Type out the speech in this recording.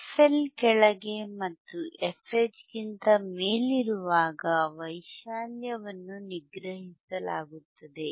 fL ಕೆಳಗೆ ಮತ್ತು fH ಗಿಂತ ಮೇಲಿರುವಾಗ ವೈಶಾಲ್ಯವನ್ನು ನಿಗ್ರಹಿಸಲಾಗುತ್ತದೆ